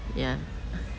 ya